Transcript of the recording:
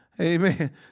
Amen